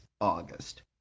August